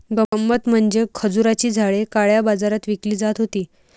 गंमत म्हणजे खजुराची झाडे काळ्या बाजारात विकली जात होती